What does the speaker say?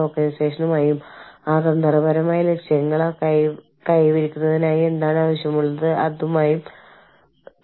ഓർഗനൈസേഷന്റെ അന്തിമ തീരുമാനമെടുക്കൽ പ്രക്രിയയിൽ അവരുടെ അഭിപ്രായം രേഖപെടുത്താനുള്ള സ്വാതന്ത്ര്യം അവർ ആഗ്രഹിക്കുന്നു